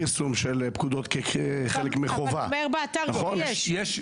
אנחנו פרסמנו הכול, ואני חושב שזה